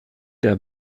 der